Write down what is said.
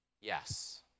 yes